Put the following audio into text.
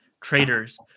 traders